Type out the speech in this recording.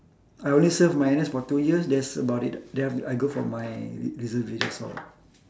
I only serve my N_S for two years that's about it then I go for my re~ reservist that's all